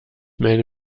melde